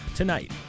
tonight